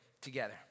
together